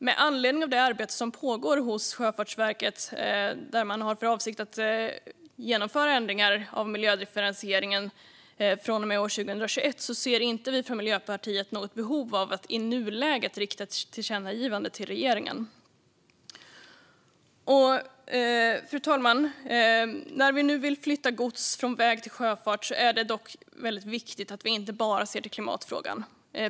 Med anledning av det arbete som pågår hos Sjöfartsverket, där man har för avsikt att genomföra ändringar av miljödifferentieringen från och med år 2021, ser dock inte vi från Miljöpartiet något behov av att i nuläget rikta ett tillkännagivande till regeringen. Fru talman! När vi nu vill flytta gods från väg till sjöfart är det dock väldigt viktigt att vi inte bara ser till klimatfrågan.